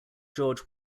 george